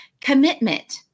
commitment